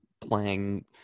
playing